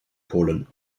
polen